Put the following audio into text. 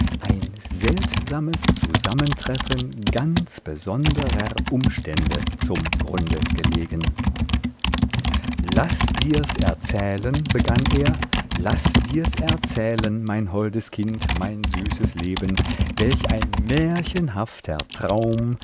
ein seltsames zusammentreffen ganz besonderer umstände zum grunde gelegen laß dir's erzählen begann er laß dir's erzählen mein holdes kind mein süßes leben welch ein märchenhafter traum